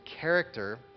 character